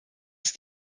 ist